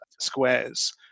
squares